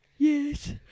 Yes